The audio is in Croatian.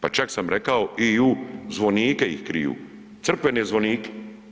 Pa čak sam rekao i u zvonike ih kriju, crkvene zvonike.